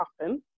happen